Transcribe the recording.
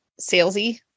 salesy